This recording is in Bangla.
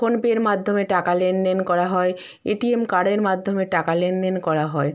ফোন পের মাধ্যমে টাকা লেনদেন করা হয় এটিএম কার্ডের মাধ্যমে টাকা লেনদেন করা হয়